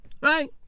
Right